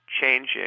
changing